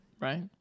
right